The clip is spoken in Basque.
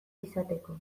izateko